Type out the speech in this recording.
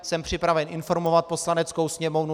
Jsem připraven informovat Poslaneckou sněmovnu.